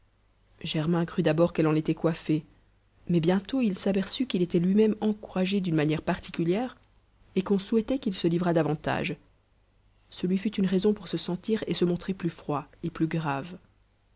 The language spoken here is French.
germain crut d'abord qu'elle en était coiffée mais bientôt il s'aperçut qu'il était lui-même encouragé d'une manière particulière et qu'on souhaitait qu'il se livrât davantage ce lui fut une raison pour se sentir et se montrer plus froid et plus grave